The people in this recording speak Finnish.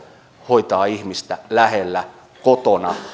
hoitaa ihmistä lähellä kotona